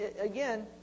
Again